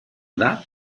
that